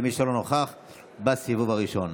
למי שלא נכח בסיבוב הראשון.